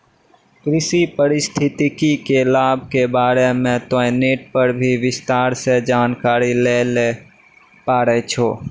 कृषि पारिस्थितिकी के लाभ के बारे मॅ तोहं नेट पर भी विस्तार सॅ जानकारी लै ल पारै छौ